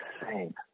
insane